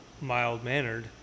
mild-mannered